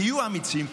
תהיו אמיצים.